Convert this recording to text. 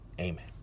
Amen